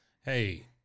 Hey